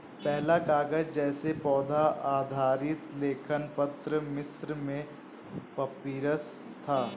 पहला कागज़ जैसा पौधा आधारित लेखन पत्र मिस्र में पपीरस था